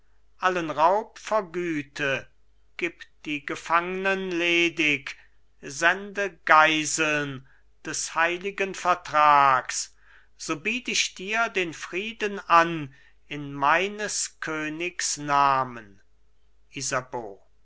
allen raub vergüte gib die gefangnen ledig sende geiseln des heiligen vertrags so biet ich dir den frieden an in meines königs namen isabeau